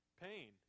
pain